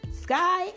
Sky